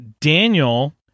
Daniel